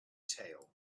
tail